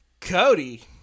Cody